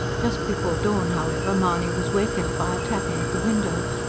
just before dawn, however, mahony was wakened by a tapping at the window.